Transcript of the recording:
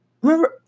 remember